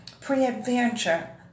Preadventure